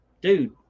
Dude